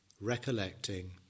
recollecting